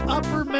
Upper